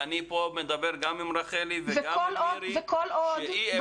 ואני פה מדבר גם עם רחלי וגם עם דורית שאי אפשר